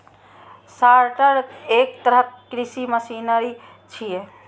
sorter एक तरहक कृषि मशीनरी छियै